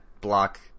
block